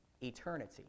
eternity